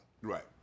Right